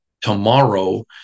Tomorrow